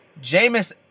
Jameis